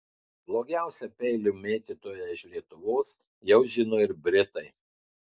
blogiausią peilių mėtytoją iš lietuvos jau žino ir britai